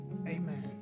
Amen